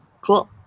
cool